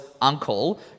uncle